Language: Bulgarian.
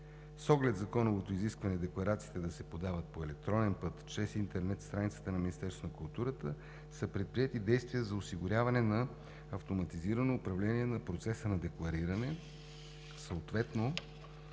С оглед законовото изискване декларациите да се подават по електронен път чрез интернет страницата на Министерството на културата, са предприети действия за осигуряване на автоматизирано управление на процеса на деклариране, съответно